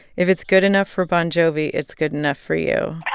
if it's good enough for bon jovi, it's good enough for you wow